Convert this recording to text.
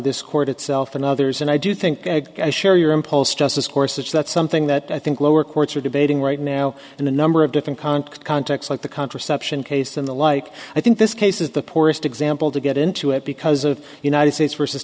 this court itself and others and i do think i share your impulse just as corsets that's something that i think lower courts are debating right now in a number of different context context like the contraception case and the like i think this case is the poorest example to get into it because of united states versus